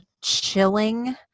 chilling